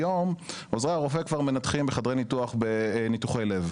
היום עוזרי הרופא כבר מנתחים בחדרי ניתוח בניתוחי לב.